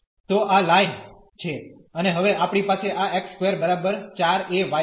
તો આ લાઈન છે અને હવે આપણી પાસે આ x સ્ક્વેર બરાબર 4 ay છે